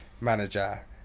manager